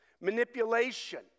Manipulation